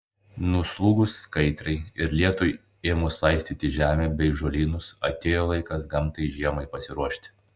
nuslūgus kaitrai ir lietui ėmus laistyti žemę bei žolynus atėjo laikas gamtai žiemai pasiruošti